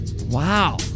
Wow